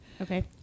Okay